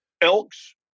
elks